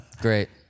Great